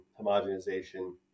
homogenization